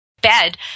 bed